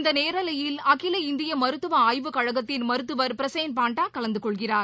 இந்த நேரலையில் அகில இந்திய மருத்துவ ஆய்வு கழகத்தின் மருத்துவர் பிரசைன் பாண்டா கலந்து கொள்கிறார்